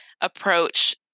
approach